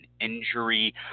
injury